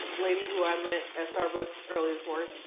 lady who i met at starbucks earlier this morning.